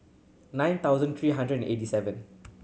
nine thousand three hundred eighty seven